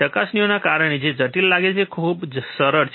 ચકાસણીઓના કારણે તે જટિલ લાગે છે તે ખૂબ જ સરળ છે